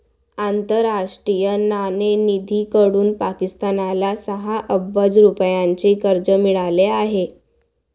आंतरराष्ट्रीय नाणेनिधीकडून पाकिस्तानला सहा अब्ज रुपयांचे कर्ज मिळाले आहे